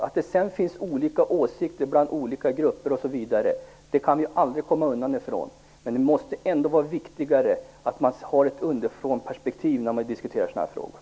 Att det sedan finns olika åsikter bland olika grupper osv. kan vi aldrig komma ifrån. Men det måste vara viktigare att man har ett underifrånperspektiv när man diskuterar sådana här frågor.